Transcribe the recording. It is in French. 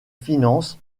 finances